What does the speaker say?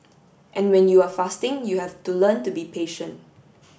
and when you are fasting you have to learn to be patient